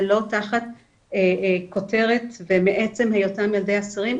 זה לא תחת כותרת ומעצם היותם ילדי אסירים,